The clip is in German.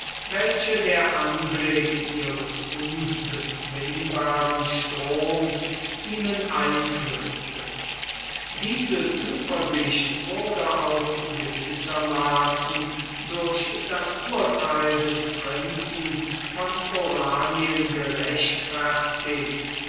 welche der anblick ihres unbezwingbaren stroms ihnen einflößte diese zuversicht wurde auch gewissermaßen durch das urtheil des prinzen von oranien